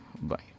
bye